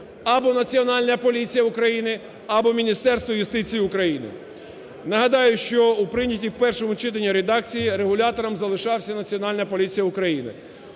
або Національна поліція України, або Міністерство юстиції України. Нагадаю, що у прийнятій в першому читанні редакції регулятором залишалася Національна поліція України.